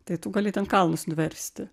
tai tu gali ten kalnus nuversti